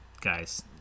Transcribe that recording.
Guys